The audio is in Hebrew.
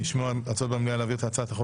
נשמעו במליאה הצעות להעביר את הצעת החוק